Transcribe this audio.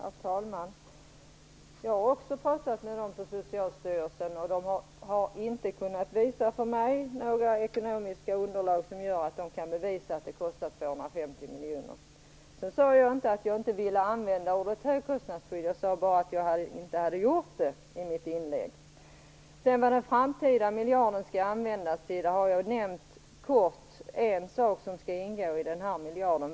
Herr talman! Jag har också pratat med dem på Socialstyrelsen, och de har inte kunnat visa något ekonomiskt underlag för mig som bevisar att det kostar 250 miljoner. Sedan sade jag inte att jag inte ville använda ordet högkostnadsskydd. Jag sade bara att jag inte hade gjort det i mitt inlägg. Jag har kort nämnt en sak som skall ingå i den här miljarden.